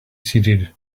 seated